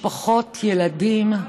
משפחות, ילדים,